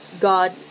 God